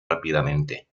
rápidamente